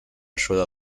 ayuda